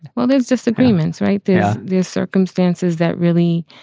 well, there's disagreements right there. there's circumstances that really,